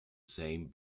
same